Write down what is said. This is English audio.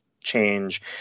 change